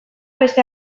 beste